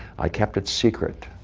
i kept it secret.